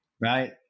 right